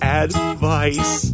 advice